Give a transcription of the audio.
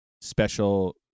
special